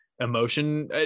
emotion